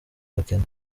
abakene